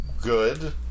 good